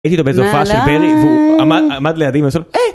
הייתי איתו באיזו הופעה של בֶּנִי הילה: נעליי... והוא עמד... עמד לידי ובסוף הֵיי!